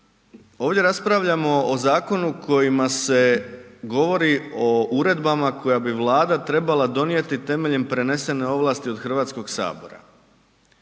Ovdje raspravljamo o zakonu kojima se govori o uredbama koje bi Vlada trebala donijeti temeljem prenesene ovlasti od Hrvatskog sabora,